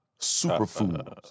superfoods